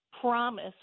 promise